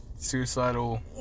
Suicidal